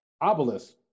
obelisk